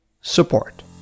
support